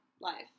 life